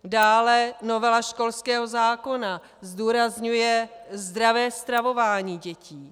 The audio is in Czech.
Dále novela školského zákona zdůrazňuje zdravé stravování dětí.